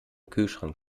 kühlschrank